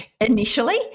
initially